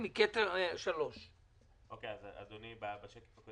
מקטע 3. כתוב: